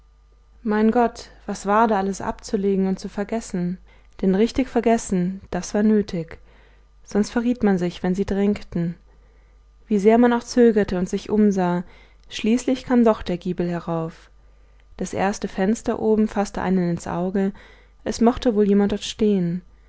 mein gott was war da alles abzulegen und zu vergessen denn richtig vergessen das war nötig sonst verriet man sich wenn sie drängten wie sehr man auch zögerte und sich umsah schließlich kam doch der giebel herauf das erste fenster oben faßte einen ins auge es mochte wohl jemand